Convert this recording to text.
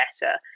better